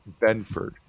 Benford